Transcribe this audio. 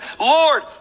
Lord